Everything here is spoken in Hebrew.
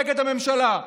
נגד הממשלה?